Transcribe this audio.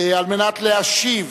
להשיב